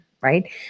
right